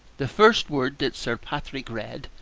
the first word that sir patrick read,